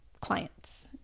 clients